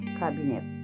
cabinet